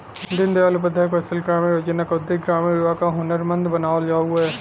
दीन दयाल उपाध्याय कौशल ग्रामीण योजना क उद्देश्य ग्रामीण युवा क हुनरमंद बनावल हउवे